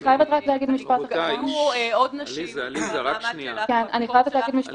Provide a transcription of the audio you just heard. היו עוד נשים מהמעמד שלך ומהמקום שלך,